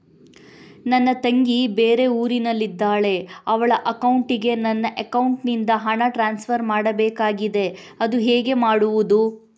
ನನ್ನ ತಂಗಿ ಬೇರೆ ಊರಿನಲ್ಲಿದಾಳೆ, ಅವಳ ಅಕೌಂಟಿಗೆ ನನ್ನ ಅಕೌಂಟಿನಿಂದ ಹಣ ಟ್ರಾನ್ಸ್ಫರ್ ಮಾಡ್ಬೇಕಾಗಿದೆ, ಅದು ಹೇಗೆ ಮಾಡುವುದು?